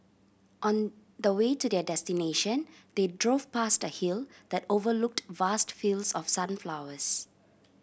on the way to their destination they drove past a hill that overlooked vast fields of sunflowers